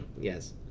Yes